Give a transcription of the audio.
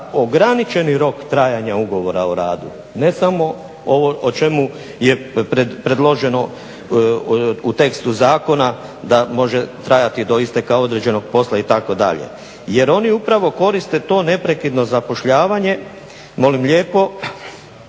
ograničeni rok trajanja ugovora o radu, ne samo o čemu je predloženo u tekstu zakona da može trajati do isteka određenog posla itd. jer oni upravo koriste to neprekidno zapošljavanje molim lijepo,